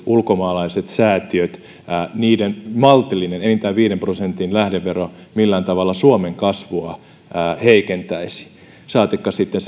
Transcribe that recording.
ulkomaalaisten säätiöiden maltillinen enintään viiden prosentin lähdevero millään tavalla suomen kasvua heikentäisi saatikka sitten